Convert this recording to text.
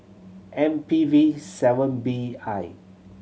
M P V seven B I